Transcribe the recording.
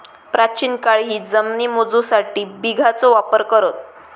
प्राचीन काळीही जमिनी मोजूसाठी बिघाचो वापर करत